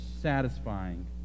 satisfying